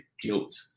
guilt